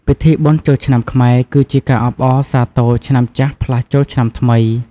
ពិធីបុណ្យចូលឆ្នាំខ្មែរ គឺជាការអបអរសាទរ ឆ្នាំចាស់ ផ្លាស់ចូលឆ្នាំថ្មី។